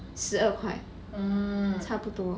十二块差不多